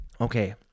Okay